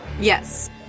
Yes